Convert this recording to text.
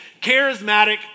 charismatic